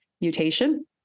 mutation